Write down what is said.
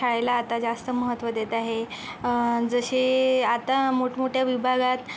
शाळेला आता जास्त महत्त्व देत आहे जसे आता मोठ मोठ्या विभागात